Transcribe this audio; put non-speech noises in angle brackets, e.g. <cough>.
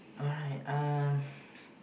alright um <breath>